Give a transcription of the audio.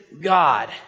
God